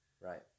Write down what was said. Right